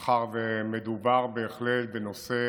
מאחר שמדובר בהחלט בנושא